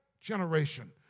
generation